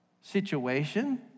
situation